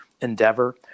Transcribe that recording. endeavor